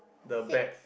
six